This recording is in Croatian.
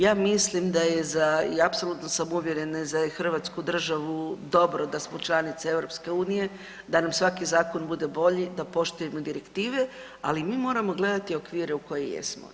Ja mislim da je za i apsolutno sam uvjerena za hrvatsku državu dobro da smo članica EU, da nam svaki zakon bude bolji, da poštujemo direktive, ali mi moramo gledati okvire u kojim jesmo.